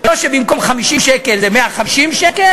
ולא שבמקום 50 שקל זה 150 שקל,